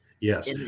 Yes